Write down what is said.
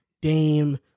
Dame